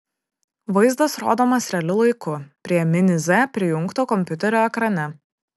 vaizdas rodomas realiu laiku prie mini z prijungto kompiuterio ekrane